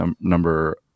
number